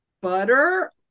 butter